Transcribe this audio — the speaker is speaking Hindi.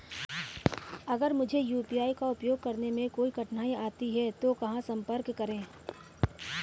अगर मुझे यू.पी.आई का उपयोग करने में कोई कठिनाई आती है तो कहां संपर्क करें?